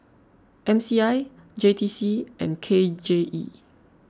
M C I J T C and K J E